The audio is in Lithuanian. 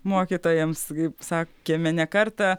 mokytojams kaip sakėme ne kartą